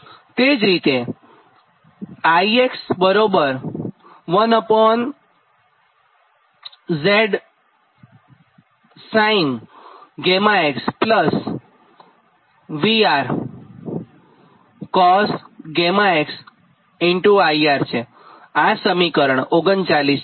તે જ રીતે I 1ZCsin𝛾x∗𝑉𝑅cos𝛾x∗𝐼𝑅 આ સમીકરણ 39 છે